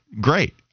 great